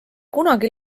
kunagi